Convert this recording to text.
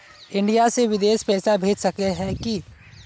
India से बिदेश पैसा भेज सके है की?